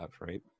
Right